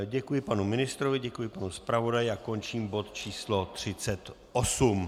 Děkuji panu ministrovi, děkuji panu zpravodaji a končím bod číslo 38.